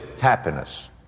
happiness